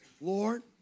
Lord